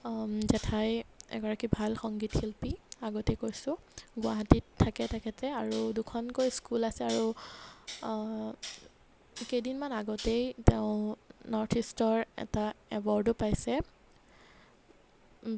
জেঠাই এগৰাকী ভাল সংগীত শিল্পী আগতেই কৈছোঁ গুৱাহাটীত থাকে তেখেতে আৰু দুখনকৈ স্কুল আছে আৰু কেইদিনমান আগতেই তেওঁ নৰ্থ ইষ্টৰ এটা এৱৰ্ডো পাইছে